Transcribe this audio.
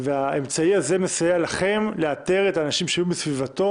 והאמצעי הזה מסייע לכם לאתר את האנשים שהיו בסביבתו